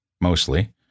mostly